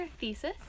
thesis